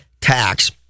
tax